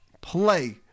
play